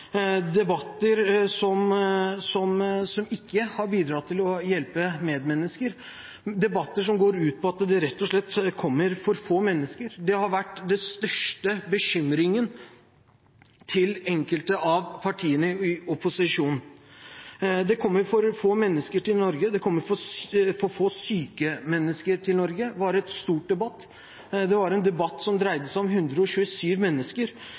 debatter som ikke har bidratt til å hjelpe medmennesker, debatter som går ut på at det rett og slett kommer for få mennesker. Det har vært den største bekymringen til enkelte av partiene i opposisjon: Det kommer for få mennesker til Norge, det kommer for få syke mennesker til Norge – det var en stor debatt. Det var en debatt som dreide seg om 127 mennesker,